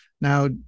Now